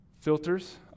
filters